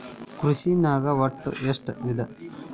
ಕೃಷಿನಾಗ್ ಒಟ್ಟ ಎಷ್ಟ ವಿಧ?